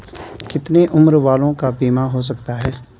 कितने उम्र वालों का बीमा हो सकता है?